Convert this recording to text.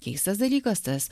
keistas dalykas tas